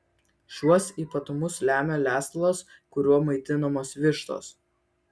šiuos ypatumus lemia lesalas kuriuo maitinamos vištos